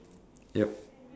yup